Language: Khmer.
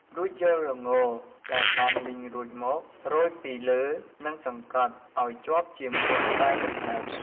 រួចយកល្ងដែលបានលីងរួចមក រោយពីលើនិងសង្កត់ឱ្យជាប់ជាមួយបាយដំណើប។